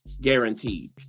guaranteed